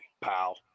pal